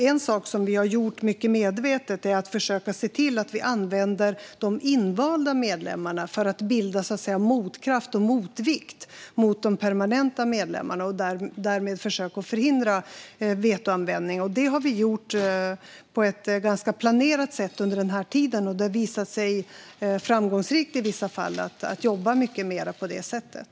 En sak som vi har gjort mycket medvetet är att försöka se till att vi använder de invalda medlemmarna för att så att säga bilda en motkraft och en motvikt i förhållande till de permanenta medlemmarna och därmed försöka förhindra vetoanvändning. Vi har gjort detta på ett planerat sätt under denna tid, och det har i vissa fall visat sig framgångsrikt att jobba mycket mer på det sättet.